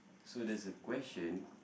so there's a question